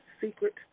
secret